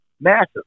massive